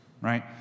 right